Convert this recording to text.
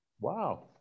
Wow